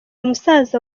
musaza